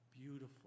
beautiful